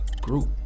group